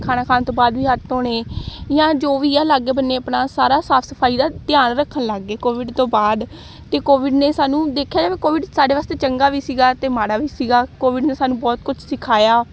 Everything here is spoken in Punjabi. ਖਾਣਾ ਖਾਣ ਤੋਂ ਬਾਅਦ ਵੀ ਹੱਥ ਧੋਣੇ ਜਾਂ ਜੋ ਵੀ ਆ ਲਾਗੇ ਬੰਨੇ ਆਪਣਾ ਸਾਰਾ ਸਾਫ ਸਫਾਈ ਦਾ ਧਿਆਨ ਰੱਖਣ ਲੱਗ ਗਏ ਕੋਵਿਡ ਤੋਂ ਬਾਅਦ ਅਤੇ ਕੋਵਿਡ ਨੇ ਸਾਨੂੰ ਦੇਖਿਆ ਜਾਵੇ ਕੋਵਿਡ ਸਾਡੇ ਵਾਸਤੇ ਚੰਗਾ ਵੀ ਸੀਗਾ ਅਤੇ ਮਾੜਾ ਵੀ ਸੀਗਾ ਕੋਵਿਡ ਨੇ ਸਾਨੂੰ ਬਹੁਤ ਕੁਛ ਸਿਖਾਇਆ